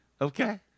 Okay